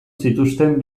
zituzten